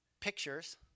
pictures